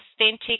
authentic